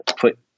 put